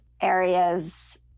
areas